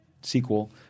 sequel